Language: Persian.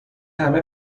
همه